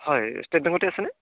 হয় ষ্টেট বেংকতে আছেনে